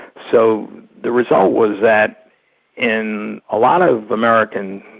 so the result was that in a lot of american